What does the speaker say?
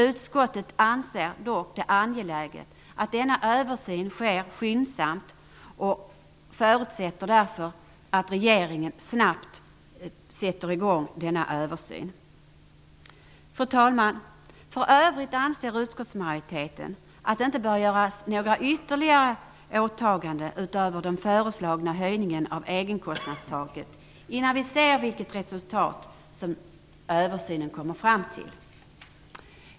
Utskottet anser dock att det är angeläget att denna översyn sker skyndsamt och förutsätter att regeringen agerar snabbt. Fru talman! För övrigt anser utskottsmajoriteten att det inte bör göras några ytterligare åtaganden utöver den föreslagna höjningen av egenkostnadstaket innan resultatet av översynen har lagts fram.